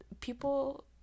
people